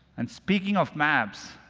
and speaking of maps,